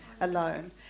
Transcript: alone